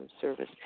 service